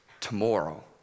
tomorrow